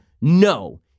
No